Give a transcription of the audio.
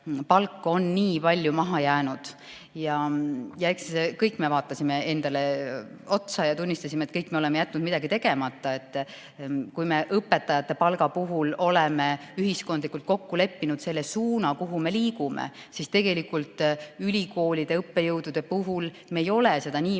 palk on nii palju maha jäänud. Eks me kõik siis vaatasime endale otsa ja tunnistasime, et kõik me oleme jätnud midagi tegemata. Õpetajate palga puhul me oleme ühiskondlikult kokku leppinud selle suuna, kuhu me liigume, aga ülikoolide õppejõudude puhul me ei ole seda